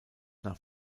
nach